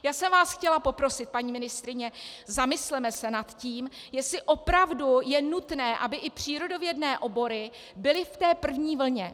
Já jsem vás chtěla poprosit, paní ministryně, zamysleme se nad tím, jestli opravdu je nutné, aby i přírodovědné obory byly v té první vlně.